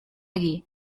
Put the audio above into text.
allí